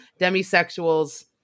demisexuals